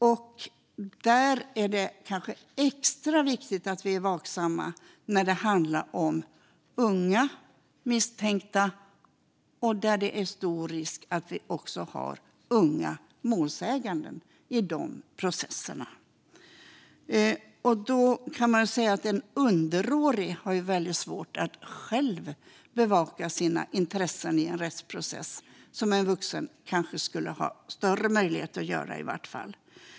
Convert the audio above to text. Det är kanske extra viktigt att vi är vaksamma när det handlar om unga misstänkta och när det finns stor risk att vi har unga målsägande i de processerna. En underårig har väldigt svårt att själv bevaka sina intressen i en rättsprocess. En vuxen skulle i alla fall ha större möjlighet att göra det.